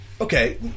Okay